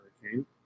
hurricane